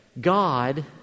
God